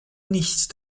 nicht